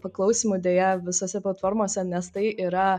paklausymų deja visose platformose nes tai yra